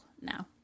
now